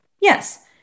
Yes